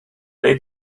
ble